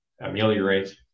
ameliorate